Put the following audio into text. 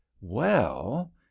Well